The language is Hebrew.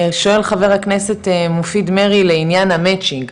שואל חבר הכנסת מופיד מרעי לעניין המצ'ינג,